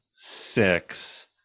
six